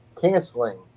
canceling